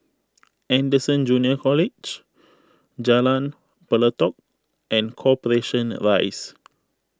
Anderson Junior College Jalan Pelatok and Corporation Rise